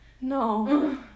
No